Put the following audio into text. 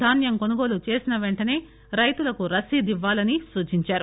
ధాన్యం కొనుగోలు చేసిన పెంటసే రైతులకు రసీదు ఇవ్వాలని సూచించారు